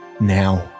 now